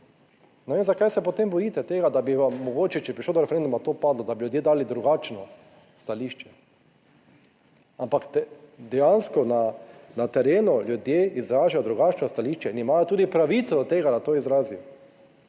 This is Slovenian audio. Ne vem zakaj se potem bojite tega, da bi vam mogoče, če bi prišlo do referenduma, to padlo, da bi ljudje dali drugačno stališče, ampak dejansko na terenu ljudje izražajo drugačno stališče in imajo tudi pravico do tega, da to izrazim.